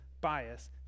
bias